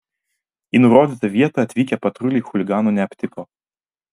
į nurodytą vietą atvykę patruliai chuliganų neaptiko